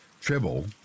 Tribble